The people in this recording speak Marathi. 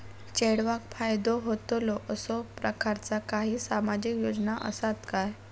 चेडवाक फायदो होतलो असो प्रकारचा काही सामाजिक योजना असात काय?